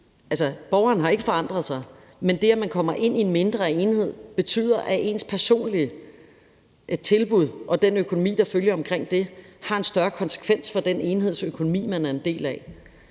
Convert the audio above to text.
til borgerne. De har ikke forandret sig, men det, at man kommer ind i en mindre enhed, betyder, at ens personlige tilbud og den økonomi, der følger omkring det, har en større konsekvens for den enheds økonomi, man er en del af.